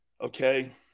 Okay